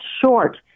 short